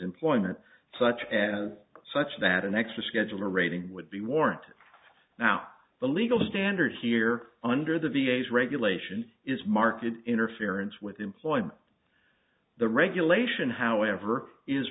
employment such as such that an extra scheduler rating would be warranted now the legal standard here under the v a s regulations is market interference with employment the regulation however is